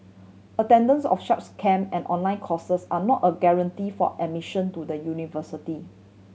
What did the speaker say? attendance of such camp and online courses are not a guarantee for admission to the university